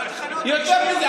יותר מזה,